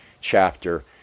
chapter